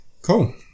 cool